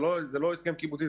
זה לא הסכם קיבוצי,